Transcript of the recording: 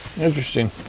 Interesting